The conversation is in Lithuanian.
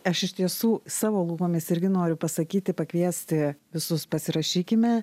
aš iš tiesų savo lūpomis irgi noriu pasakyti pakviesti visus pasirašykime